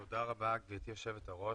תודה רבה גבירתי היו"ר.